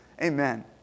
Amen